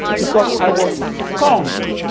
because i was scorned,